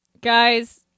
Guys